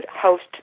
host